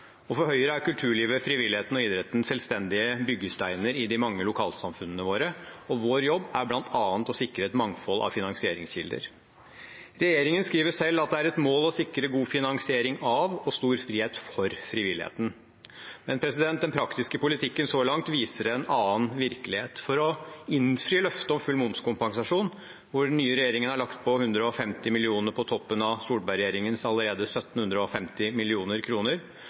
og fellesskap. For Høyre er kulturlivet, frivilligheten og idretten selvstendige byggesteiner i de mange lokalsamfunnene våre, og vår jobb er bl.a. å sikre et mangfold av finansieringskilder. Regjeringen skriver selv at det er et mål å sikre god finansiering av og stor frihet for frivilligheten, men den praktiske politikken så langt viser en annen virkelighet. For å innfri løftet om full lønnskompensasjon – hvor den nye regjeringen har lagt på 150 mill. kr på toppen av Solberg-regjeringens allerede